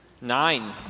Nine